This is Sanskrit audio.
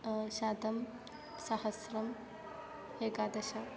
शतं सहस्रम् एकादश